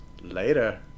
Later